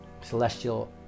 celestial